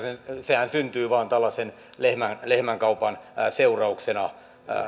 sehän syntyy vain tällaisen lehmänkaupan lehmänkaupan seurauksena